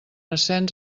ascens